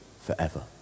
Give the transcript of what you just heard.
forever